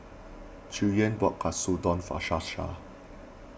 Cheyenne bought Katsudon for Shasta